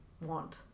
want